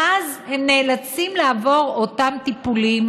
ואז הם נאלצים לעבור את אותם טיפולים,